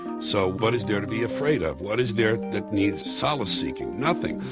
so what is there to be afraid of? what is there that needs solace seeking? nothing.